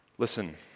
Listen